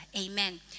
Amen